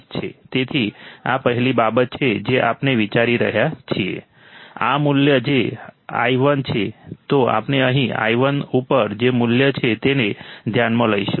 તેથી આ પહેલી બાબત છે જે આપણે વિચારી રહ્યા છીએ આ મૂલ્ય જે i1 છે તો આપણે અહીં i1 ઉપર જે મૂલ્ય છે તેને ધ્યાનમાં લઈશું